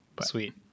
sweet